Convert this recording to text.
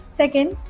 second